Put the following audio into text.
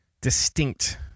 distinct